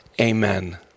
amen